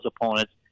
opponents